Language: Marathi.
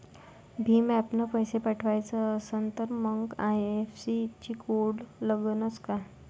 भीम ॲपनं पैसे पाठवायचा असन तर मंग आय.एफ.एस.सी कोड लागनच काय?